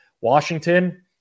Washington